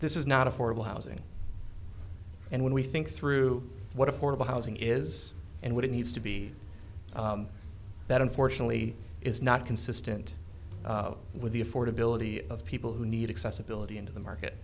this is not affordable housing and when we think through what affordable housing is and what it needs to be that unfortunately is not consistent with the affordability of people who need accessibility into the market